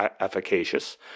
efficacious